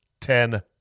Ten